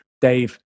Dave